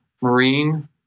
marine